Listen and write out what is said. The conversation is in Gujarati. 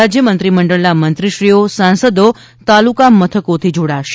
રાજ્યમંત્રી મંડળના મંત્રીશ્રીઓ સાંસદો તાલુકા મથકોથી જોડાશે